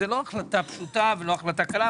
זאת לא החלטה פשוטה, זאת לא החלטה קלה.